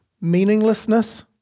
meaninglessness